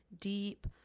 deep